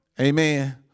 Amen